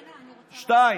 שטיין,